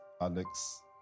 Alex